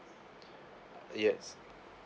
yes